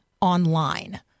online